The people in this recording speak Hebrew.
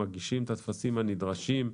מגישים את הטפסים הנדרשים,